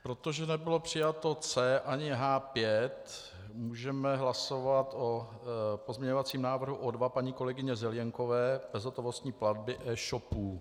Protože nebylo přijato C ani H5, můžeme hlasovat o pozměňovacím návrhu O2 paní kolegyně Zelienkové, bezhotovostní platby eshopů.